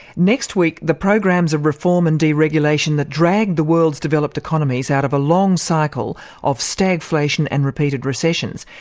next week, the programs of reform and deregulation that dragged the world's developed economies out of a long cycle of stagflation and repeated recessions.